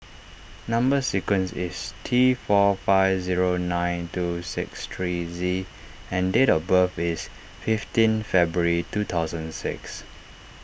Number Sequence is T four five zero nine two six three Z and date of birth is fifteen February two thousand six